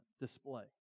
display